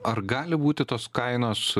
ar gali būti tos kainos